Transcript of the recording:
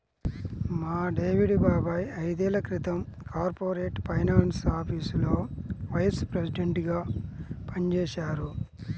మా డేవిడ్ బాబాయ్ ఐదేళ్ళ క్రితం కార్పొరేట్ ఫైనాన్స్ ఆఫీసులో వైస్ ప్రెసిడెంట్గా పనిజేశారు